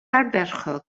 ardderchog